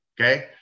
Okay